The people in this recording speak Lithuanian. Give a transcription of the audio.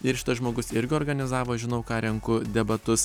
ir šitas žmogus irgi organizavo žinau ką renku debatus